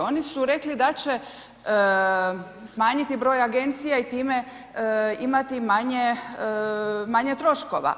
Oni su rekli da će smanjiti broj agencija i time imati i manje troškova.